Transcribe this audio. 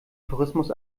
tourismus